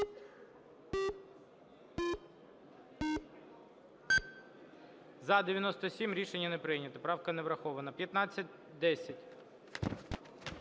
За-97 Рішення не прийнято. Правка не врахована. 1510.